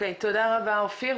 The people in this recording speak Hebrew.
תודה רבה, אופיר.